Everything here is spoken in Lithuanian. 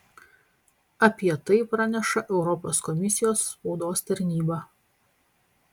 apie tai praneša europos komisijos spaudos tarnyba